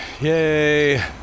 Yay